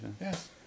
Yes